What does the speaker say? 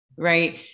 Right